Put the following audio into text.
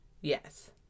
Yes